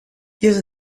ihre